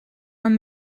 man